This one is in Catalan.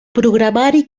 programari